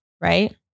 Right